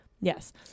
Yes